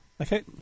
okay